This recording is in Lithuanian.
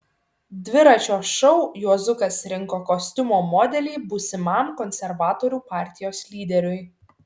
dviračio šou juozukas rinko kostiumo modelį būsimam konservatorių partijos lyderiui